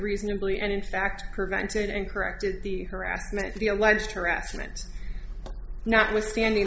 reasonably and in fact prevented and corrected the harassment the alleged harassment notwithstanding